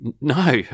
No